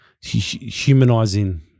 humanizing